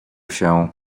się